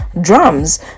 drums